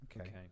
Okay